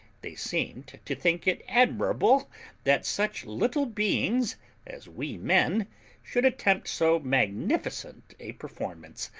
they seemed to think it admirable that such little beings as we men should attempt so magnificent a performance,